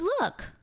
look